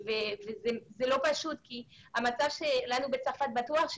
זה לא פשוט כי המצב שלנו בצרפת למרוצת